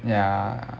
ya